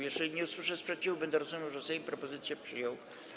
Jeżeli nie usłyszę sprzeciwu, będę rozumiał, że Sejm propozycję przyjął.